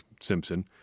Simpson